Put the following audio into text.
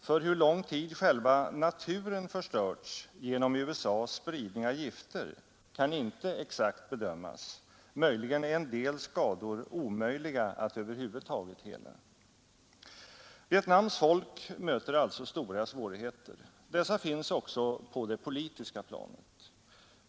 För hur lång tid själva naturen förstörts genom USA:s spridning av gifter kan ej exakt bedömas, möjligen är en del skador omöjliga att över huvud taget hela. Vietnams folk möter alltså stora svårigheter. Dessa finns också på det politiska planet.